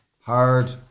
hard